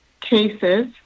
cases